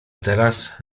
teraz